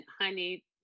honey